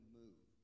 move